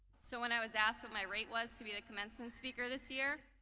so when i was asked what my rate was to be the commencement speaker this year,